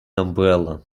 umbrella